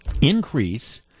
increase